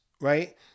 Right